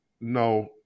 No